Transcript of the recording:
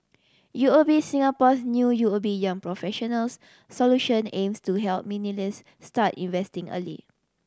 U O B Singapore's new U O B Young Professionals Solution aims to help millennials start investing early